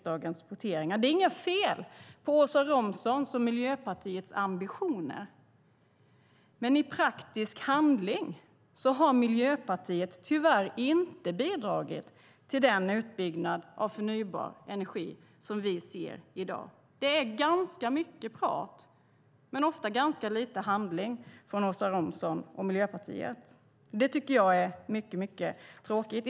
Det är inget fel på Åsa Romsons och Miljöpartiets ambitioner, men i praktisk handling har Miljöpartiet tyvärr inte bidragit till den utbyggnad av förnybar energi som vi ser i dag. Det är ganska mycket prat men ofta ganska lite handling från Åsa Romson och Miljöpartiet. Det tycker jag är mycket tråkigt.